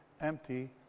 empty